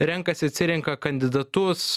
renkasi atsirenka kandidatus